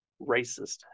racist